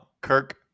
Kirk